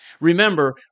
Remember